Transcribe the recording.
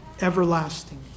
everlasting